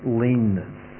leanness